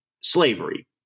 slavery